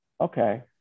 okay